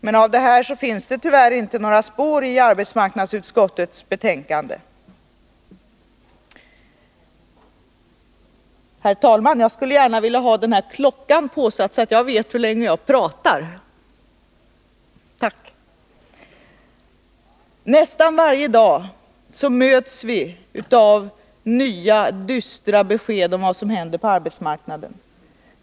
Men av detta finns det tyvärr inte några spår i arbetsmarknadsutskottets betänkande. Nästan varje dag möts vi av nya dystra besked om vad som händer på arbetsmarknaden.